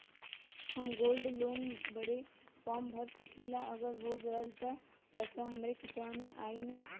हम gold loan बड़े form भर सकी ला का अगर हो गैल त पेसवा हमरे खतवा में आई ना?